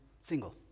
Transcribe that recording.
single